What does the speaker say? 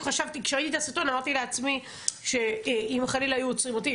כשראיתי את הסרטון אמרתי לעצמי שאם חלילה היו עוצרים אותי,